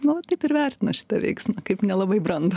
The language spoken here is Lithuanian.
na va taip ir vertinu šitą veiksmą kaip nelabai brandų